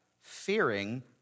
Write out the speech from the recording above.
fearing